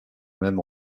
même